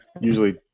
usually